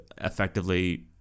effectively